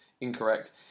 incorrect